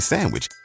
Sandwich